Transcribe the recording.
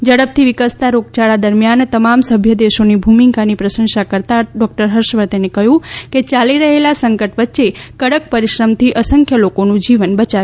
ઝડપથી વિકસતા રોગયાળા દરમિયાન તમામ સભ્ય દેશોની ભૂમિકાની પ્રશંસા કરતાં ડોક્ટર હર્ષવર્ધને કહ્યું કે ચાલી રહેલા સંકટ વચ્ચે કડક પરિશ્રમથી અસંખ્ય લોકોનું જીવન બયાવેલ છે